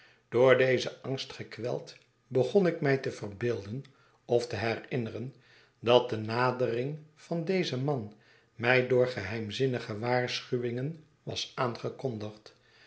door dezen angst gekweld begon ik mij te verbeelden of te herinneren dat de nadering van dezen man mij door geheimzinnige waarschuwingen was aangekondigd